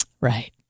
Right